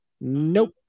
Nope